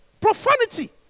Profanity